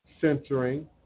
censoring